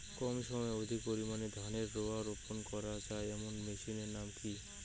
কম সময়ে অধিক পরিমাণে ধানের রোয়া বপন করা য়ায় এমন মেশিনের নাম কি?